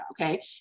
Okay